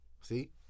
see